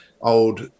old